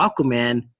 Aquaman